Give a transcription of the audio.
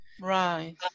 right